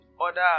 order